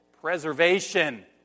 Preservation